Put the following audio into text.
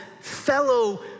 fellow